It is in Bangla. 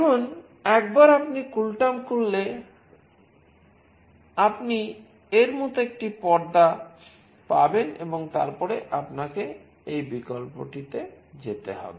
এখন একবার আপনি কুলটার্ম খুললে আপনি এর মতো একটি পর্দা পাবেন এবং তারপরে আপনাকে এই বিকল্পটিতে যেতে হবে